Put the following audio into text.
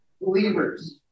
believers